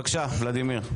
בבקשה, ולדימיר.